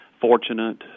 fortunate